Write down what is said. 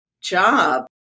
job